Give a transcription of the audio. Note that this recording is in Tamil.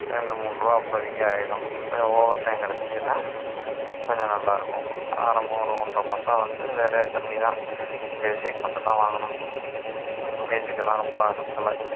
ரெண்டு மூன்று ரூபா அப்போதிக்கி ஆகிடும் கொஞ்சம் ஓவர்டைம் வேலை செஞ்சேனா கொஞ்சம் நல்லா இருக்கும் ஆரம்பம் ஒரு ஒன்றரை மாதம் வந்து வேலை கம்மி தான் பேசிக் மட்டும்தான் வாங்கினோம் வீட்டுக்கெல்லாம் ரொம்ப அனுப்பலை